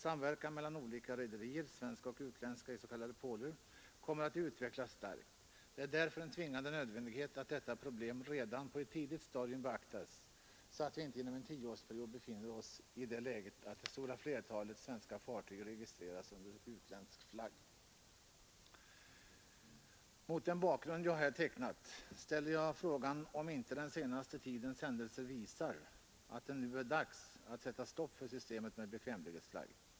Samverkan mellan olika rederier, svenska och utländska, i s.k. pooler kommer att utvecklas starkt. Det är därför en tvingande nödvändighet att detta problem redan på ett tidigt stadium beaktas så att vi inte inom en 10-årsperiod befinner oss i det läget att det stora flertalet svenska fartyg registreras under utländsk flagg.” Mot den bakgrund jag här tecknat ställer jag frågan om inte den senaste tidens händelser visar, att det nu är dags att sätta stopp för systemet med bekvämlighetsflagg.